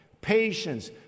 patience